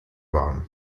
warm